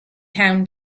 town